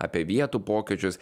apie vietų pokyčius